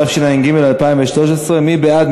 התשע"ג 2013. מי בעד?